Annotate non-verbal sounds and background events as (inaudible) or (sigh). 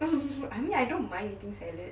(laughs) I mean I don't mind eating salad